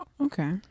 okay